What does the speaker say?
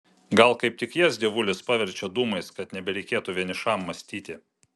gal kaip tik jas dievulis paverčia dūmais kad nebereikėtų vienišam mąstyti